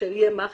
שיהיה מאכער.